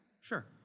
sure